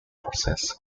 process